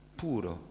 puro